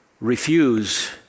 refuse